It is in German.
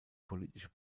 politische